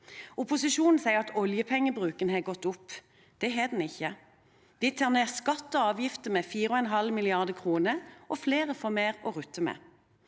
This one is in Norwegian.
Opposisjonen sier at oljepengebruken har gått opp. Det har den ikke. Vi tar ned skatter og avgifter med 4,5 mrd. kr, og flere får mer å rutte med.